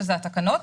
שזה התקנות,